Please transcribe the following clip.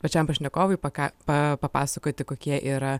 pačiam pašnekovui paka pa papasakoti kokie yra